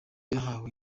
yahawe